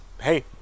hey